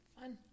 Fun